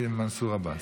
מנסור עבאס.